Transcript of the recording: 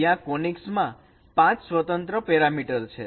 ત્યાં કોનીકસ માં પાંચ સ્વતંત્ર પેરામીટર છે